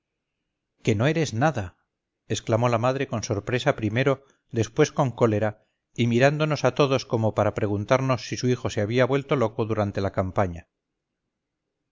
que no eres nada exclamó la madre con sorpresa primero después con cólera y mirándonos a todoscomo para preguntarnos si su hijo se había vuelto loco durante la campaña